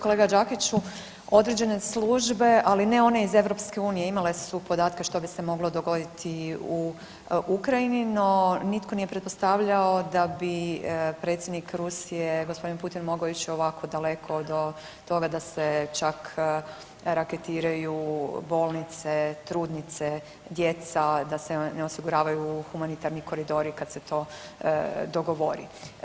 Kolega Đakiću, određene službe, ali ne one iz EU, imale su podatke što bi se moglo dogoditi u Ukrajini, no nitko nije pretpostavljao da bi predsjednik Rusije g. Putin mogao ić ovako daleko do toga da se čak raketiraju bolnice, trudnice, djeca, da se ne osiguravaju humanitarni koridori kad se to dogovori.